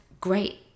great